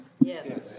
Yes